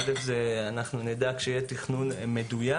אנחנו נדע כשיהיה תכנון מדויק.